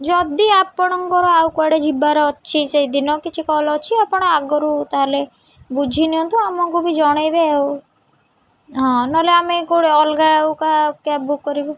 ଯଦି ଆପଣଙ୍କର ଆଉ କୁଆଡ଼େ ଯିବାର ଅଛି ସେଇଦିନ କିଛି କଲ୍ ଅଛି ଆପଣ ଆଗରୁ ତାହେଲେ ବୁଝିନିଅନ୍ତୁ ଆମକୁ ବି ଜଣାଇବେ ଆଉ ହଁ ନହେଲେ ଆମେ କେଉଁଠି ଅଲଗା ଆଉ କାହା କ୍ୟାବ୍ ବୁକ୍ କରିବୁ